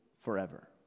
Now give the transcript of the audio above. forever